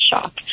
shock